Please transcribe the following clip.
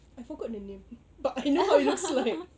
I forgot the name but I know how it looks like